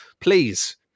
please